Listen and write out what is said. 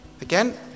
again